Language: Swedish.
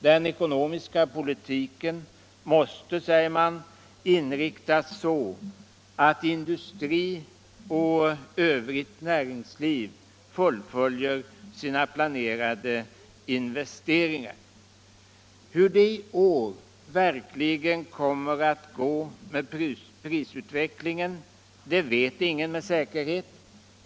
Den ekonomiska politiken måste, säger man, inriktas så, att industri och övrigt näringsliv fullföljer sina planerade investeringar. Hur det i år verkligen kommer att gå med prisutvecklingen vet ingen med säkerhet.